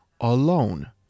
alone